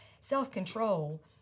self-control